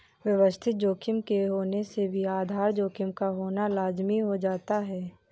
व्यवस्थित जोखिम के होने से भी आधार जोखिम का होना लाज़मी हो जाता है